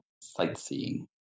sightseeing